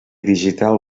digital